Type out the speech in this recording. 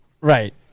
Right